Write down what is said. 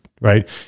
right